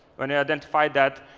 when you identify that